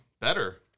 better